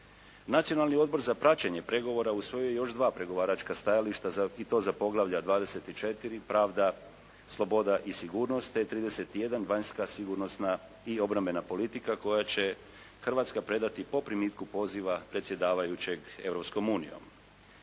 Nacionalni odbor za praćenje pregovora usvojio je još dva pregovaračka stajališta i to za poglavlja XXIV – Pravda, sloboda i sigurnost, te XXXI – Vanjska sigurnosna i obrambena politika koja će Hrvatska predati po primitku poziva predsjedavajućeg